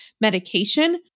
medication